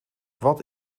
wat